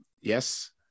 yes